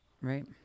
right